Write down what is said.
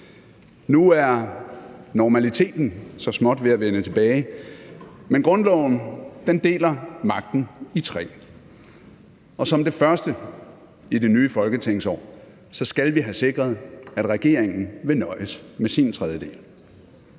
Nu er normaliteten så småt ved at vende tilbage, men grundloven deler magten i tre, og som det første i det nye folketingsår skal vi have sikret, at regeringen vil nøjes med sin tredjedel.